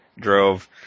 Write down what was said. drove